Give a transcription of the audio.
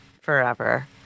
forever